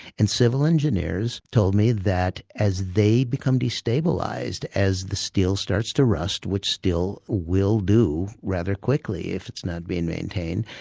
and civil engineers told me that as they become destabilised, as the steel starts to rust, which steel will do rather quickly if it's not being maintained,